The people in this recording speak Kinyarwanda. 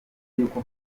yuko